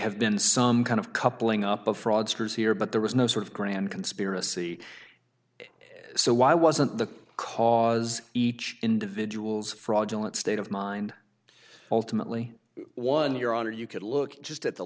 have been some kind of coupling up of fraudsters here but there was no sort of grand conspiracy so why wasn't the cause each individual's fraudulent state of mind ultimately won your honor you could look just at the